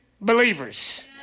believers